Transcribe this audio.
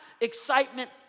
excitement